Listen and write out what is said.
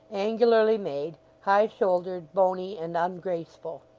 angularly made, high-shouldered, bony, and ungraceful.